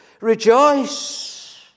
Rejoice